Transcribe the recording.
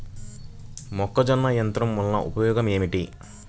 మొక్కజొన్న యంత్రం వలన ఉపయోగము ఏంటి?